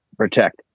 protect